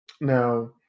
Now